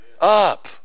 up